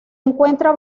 encuentra